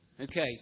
Okay